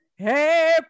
Hey